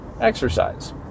exercise